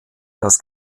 dass